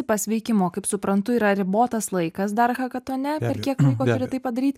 pasveikimo kaip suprantu yra ribotas laikas dar hakatone per kiek laiko turi tai padaryt